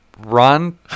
run